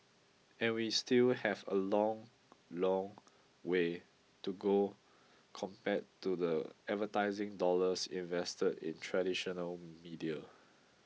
and we still have a long long way to go compared to the advertising dollars invested in traditional media